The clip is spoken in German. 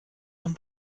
von